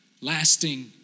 lasting